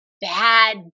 bad